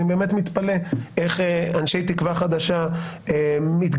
אני באמת מתפלא איך אנשי תקווה חדשה התגייסו,